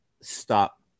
Stop